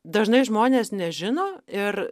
dažnai žmonės nežino ir